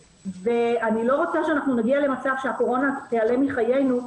ואני לא רוצה שאנחנו נגיע למצב שהקורונה תיעלם מחיינו,